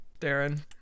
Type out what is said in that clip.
Darren